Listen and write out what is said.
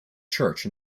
church